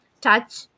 touch